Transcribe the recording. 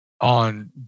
on